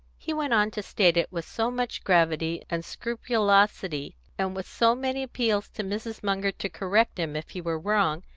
he went on to state it, with so much gravity and scrupulosity, and with so many appeals to mrs. munger to correct him if he were wrong,